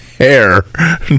Hair